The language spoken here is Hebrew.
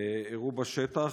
אירעו בשטח,